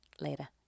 later